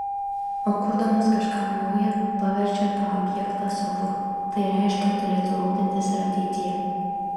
o kurdamas kažką nauja paverčia tą objektą savu tai reiškia turėtų rūpintis ir ateityje